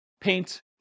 paint